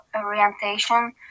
orientation